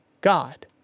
God